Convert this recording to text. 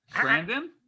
Brandon